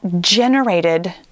generated